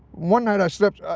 one night i slept